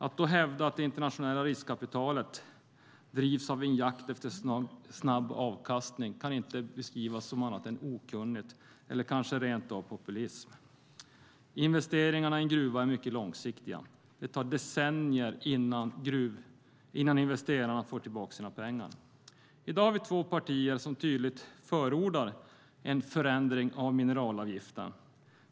Att då hävda att det internationella riskkapitalet drivs av en jakt efter snabb avkastning kan inte beskrivas som annat än okunnigt eller kanske rent av populism. Investeringarna i en gruva är mycket långsiktiga. Det tar decennier innan investerarna har fått tillbaka sina pengar. I dag har vi två partier som tydligt förordar en förändring av mineralavgiften.